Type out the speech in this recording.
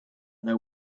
know